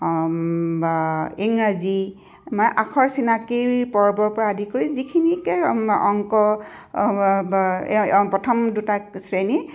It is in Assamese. বা ইংৰাজী আমাৰ আখৰ চিনাকীৰ পৰ্বৰ পৰা আদি কৰি যিখিনিকে অংক প্ৰথম দুটা শ্ৰেণী